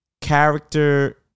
character